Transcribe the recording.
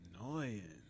annoying